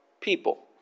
people